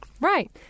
Right